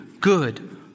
good